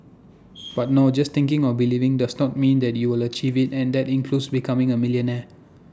but no just thinking or believing does not mean that you will achieve IT and that includes becoming A millionaire